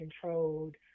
controlled